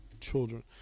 children